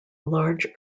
large